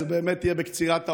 זה באמת יהיה בקצירת האומר.